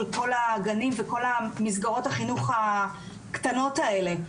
כל הגנים וכל מסגרות החינוך הקטנות האלה.